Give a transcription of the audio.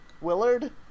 Willard